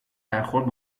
برخورد